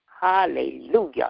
Hallelujah